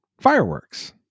Fireworks